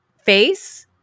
face